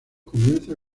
comienza